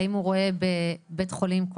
יולדות זה נורא כלכלי לבתי החולים.